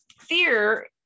fear